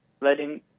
letting